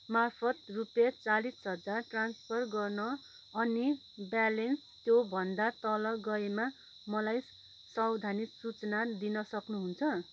मार्फत रुपियाँ चालिस हजार ट्रान्सफर गर्न अनि ब्यालेन्स त्योभन्दा तल गएमा मलाई सावधानी सूचना दिन सक्नुहुन्छ